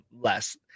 less